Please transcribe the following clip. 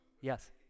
Yes